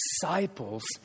disciples